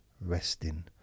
resting